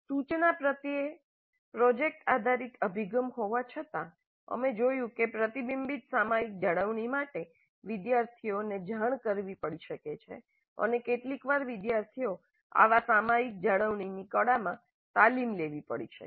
સૂચના પ્રત્યે પ્રોજેક્ટ આધારિત અભિગમ હોવા છતાં અમે જોયું કે પ્રતિબિંબીત સામયિક જાળવણી માટે વિદ્યાર્થીઓને જાણ કરવી પડી શકે છે અને કેટલીકવાર વિદ્યાર્થીઓને આવા સામયિક જાળવણીની કળામાં તાલીમ લેવી પડી શકે છે